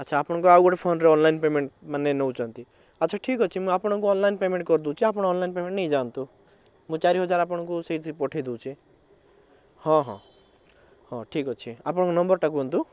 ଆଚ୍ଛା ଆପଣଙ୍କ ଆଉ ଗୋଟେ ଫୋନରେ ଅନଲାଇନ୍ ପେମେଣ୍ଟ ମାନେ ନେଉଛନ୍ତି ଆଚ୍ଛା ଠିକ୍ ଅଛି ମୁଁ ଆପଣଙ୍କୁ ଅନଲାଇନ୍ ପେମେଣ୍ଟ କରିଦେଉଛି ଆପଣ ଅନଲାଇନ୍ ପେମେଣ୍ଟ ନେଇ ଯାଆନ୍ତୁ ମୁଁ ଚାରିହଜାର ଆପଣଙ୍କୁ ସେଇଥିରେ ପଠାଇ ଦେଉଛି ହଁ ହଁ ହଉ ଠିକ୍ ଅଛି ଆପଣଙ୍କ ନମ୍ବରଟା କୁହନ୍ତୁ